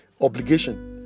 obligation